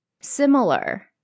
similar